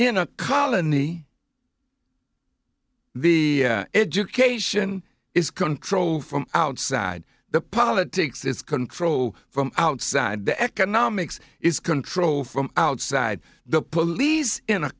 in a colony the education is controlled from outside the politics is controlled from outside the economics is controlled from outside the police in a